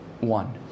One